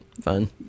fun